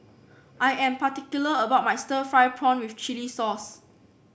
I am particular about my Stir Fried Prawn with Chili Sauce